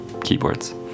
keyboards